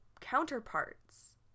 counterparts